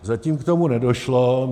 Zatím k tomu nedošlo.